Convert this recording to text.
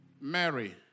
Mary